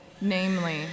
Namely